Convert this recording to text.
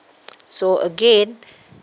so again